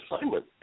assignment